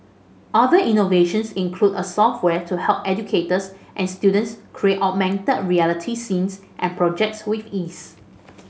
other innovations include a software to help educators and students create augmented reality scenes and projects with ease